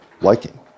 liking